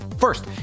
First